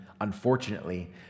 unfortunately